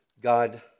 God